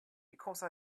because